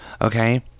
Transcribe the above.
okay